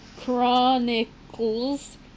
Chronicles